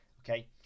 Okay